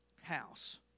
house